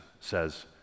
says